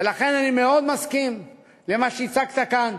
ולכן אני מאוד מסכים למה שהצגת כאן,